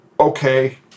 Okay